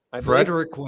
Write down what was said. Frederick